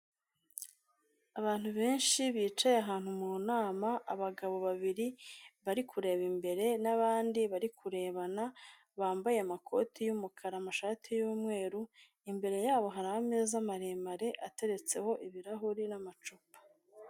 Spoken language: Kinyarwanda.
Abantu benshi bicaye ahantu mu nama abagabo babiri bari kureba imbere n'abandi bari kurebana bambaye amakoti y'umukara, amashati y'umweru, imbere yabo hari ameza maremare ateretseho ibirahuri n'amacupa.